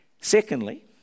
Secondly